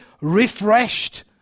refreshed